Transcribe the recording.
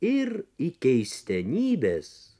ir į keistenybes